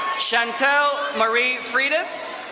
shantelle marie fritas.